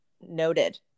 noted